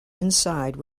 inside